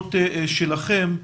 הסבלנות שלכם.